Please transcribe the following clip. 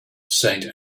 saint